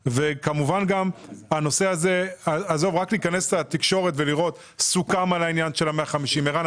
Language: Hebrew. רק להיכנס לתקשורת ולראות: "סוכם על עניין ה-150,000 ₪" ערן,